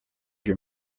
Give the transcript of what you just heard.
your